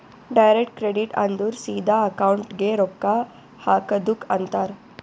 direct credit ಅಂದುರ್ ಸಿದಾ ಅಕೌಂಟ್ಗೆ ರೊಕ್ಕಾ ಹಾಕದುಕ್ ಅಂತಾರ್